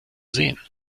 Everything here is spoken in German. sehen